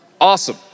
awesome